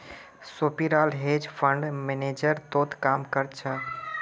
सोपीराल hedge fund manager तोत काम कर छ